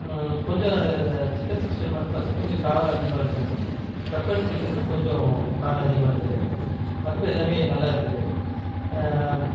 கொஞ்சம் அதில் chicken sixty ஃபைவ்ல மட்டும் பாத்தீங்கன்னா கொஞ்சம் காரம் அதிகமாக இருந்துது பெப்பர் சிக்கன்லையும் கொஞ்சம் காரம் அதிகமாக இருந்தது மற்றபடி எல்லாமே நல்லா இருந்தது